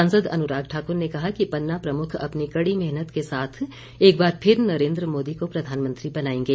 सांसद अनुराग ठाकुर ने कहा कि पन्ना प्रमुख अपनी कड़ी मेहनत के साथ एक बार फिर नरेन्द्र मोदी को प्रधानमंत्री बनाएंगे